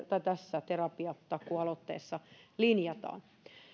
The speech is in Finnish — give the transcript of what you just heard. tässä terapiatakuu aloitteessa linjataan